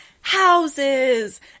houses